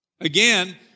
Again